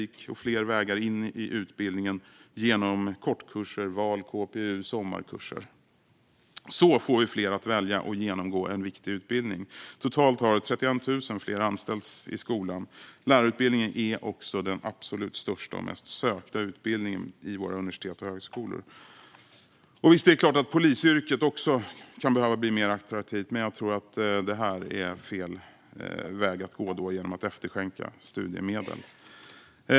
Vi erbjuder också fler vägar in i utbildningen genom kortkurser, VAL, KPU och sommarkurser. Så får vi fler att välja och genomgå en viktig utbildning. Totalt har 31 000 fler anställts i skolan. Lärarutbildningen är också den absolut största och mest sökta utbildningen på våra universitet och högskolor. Det är klart att polisyrket också kan behöva bli mer attraktivt, men jag tror att detta - att efterskänka studiemedel - är fel väg att gå.